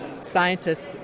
Scientists